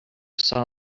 saw